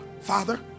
Father